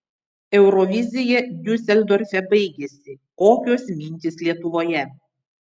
eurovizija diuseldorfe baigėsi kokios mintys lietuvoje